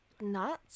nuts